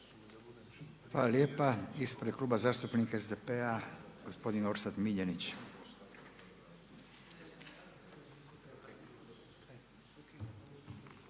vama. I sada ispred Kluba zastupnika SDP-a gospodin Orsat Miljenić.